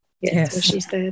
Yes